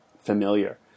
familiar